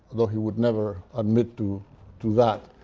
though he would never admit to to that,